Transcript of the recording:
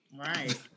Right